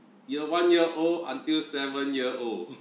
year one year old until seven year old